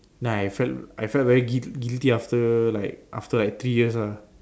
then I felt I felt very guil~ guilty after like after three years ah